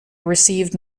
received